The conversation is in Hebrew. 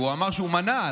והוא אמר שהוא מנע,